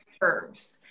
curves